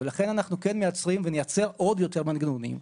לכן אנחנו כן מייצרים ונייצר עוד יותר מגנונים,